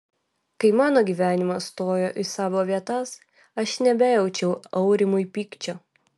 kai mano gyvenimas stojo į savo vietas aš nebejaučiau aurimui pykčio